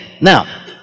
Now